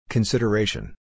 Consideration